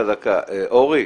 אוֹרי,